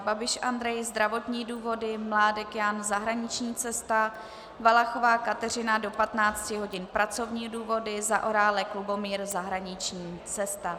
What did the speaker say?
Babiš Andrej zdravotní důvody, Mládek Jan zahraniční cesta, Valachová Kateřina do 15 hodin pracovní důvody, Zaorálek Lubomír zahraniční cesta.